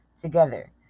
together